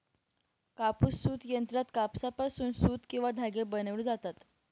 कापूस सूत यंत्रात कापसापासून सूत किंवा धागे बनविले जातात